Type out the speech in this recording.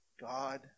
God